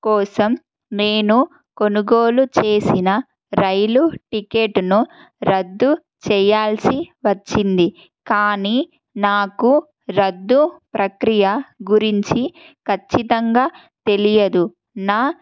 కోసం నేను కొనుగోలు చేసిన రైలు టిక్కెట్ను రద్దు చేయాల్సి వచ్చింది కానీ నాకు రద్దు ప్రక్రియ గురించి ఖచ్చితంగా తెలియదు నా